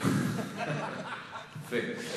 יפה.